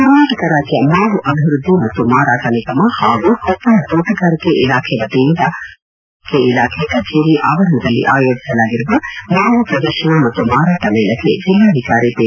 ಕರ್ನಾಟಕ ರಾಜ್ಯ ಮಾವು ಅಭಿವೃದ್ಧಿ ಮತ್ತು ಮಾರಾಟ ನಿಗಮ ಹಾಗೂ ಕೊಪ್ಪಳ ತೋಟಗಾರಿಕೆ ಇಲಾಖೆ ವತಿಯಿಂದ ಕೊಪ್ಪಳದ ತೋಟಗಾರಿಕೆ ಇಲಾಖೆ ಕಚೇರಿ ಆವರಣದಲ್ಲಿ ಆಯೋಜಿಸಲಾಗಿರುವ ಮಾವು ಶ್ರದರ್ಶನ ಮತ್ತು ಮಾರಾಟ ಮೇಳಕ್ಕೆ ಜಿಲ್ಲಾಧಿಕಾರಿ ಪಿ